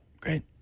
great